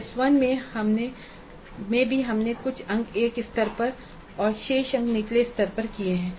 तोT1 में भी हमने कुछ अंक एक स्तर पर और शेष अंक निचले स्तर पर किए हैं